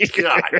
God